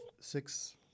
six